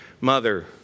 mother